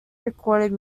recorded